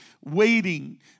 waiting